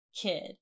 kid